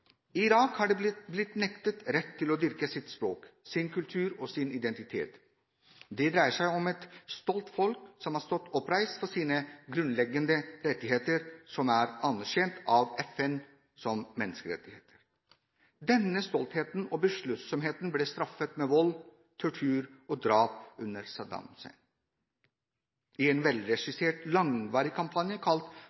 har de blitt nektet retten til å dyrke sitt språk, sin kultur og sin identitet. Det dreier seg om et stolt folk som har stått opp for sine grunnleggende rettigheter – anerkjent av FN som universelle menneskerettigheter. Denne stoltheten og besluttsomheten ble straffet med vold, tortur og drap under Saddam Hussein. I en